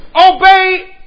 Obey